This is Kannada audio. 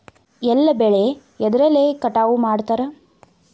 ಎಲ್ಲ ಬೆಳೆ ಎದ್ರಲೆ ಕಟಾವು ಮಾಡ್ತಾರ್?